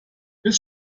bis